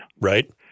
Right